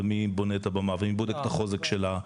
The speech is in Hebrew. ומי בונה את הבמה, ומי בודק את החוזק שלה.